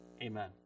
Amen